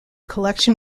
collection